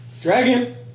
Dragon